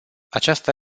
acesta